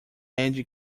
edge